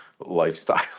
lifestyle